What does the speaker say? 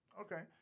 Okay